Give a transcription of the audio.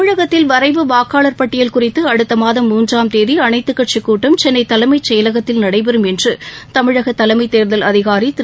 தமிழகத்தில் வரைவு வாக்களார்பட்டியல் குறித்து அடுத்தமாதம் மூன்றாம் தேதி அனைத்துக்கட்சிக் கூட்டம் சென்ளை தலைமைச் செயலகத்தில் நடைபெறும் என்று தமிழக தலைமை தேர்தல் அதிகாரி திரு